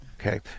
Okay